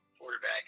quarterback